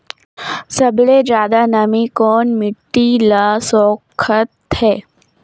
सबले ज्यादा नमी कोन मिट्टी ल सोखत हे?